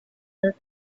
live